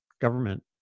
government